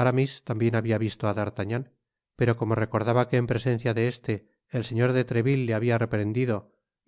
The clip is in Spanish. aramis tambien habia visto á d'artagnan pero como recordaba que en presencia de este el señor de treville le habia reprendido